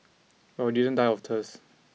but we didn't die of thirst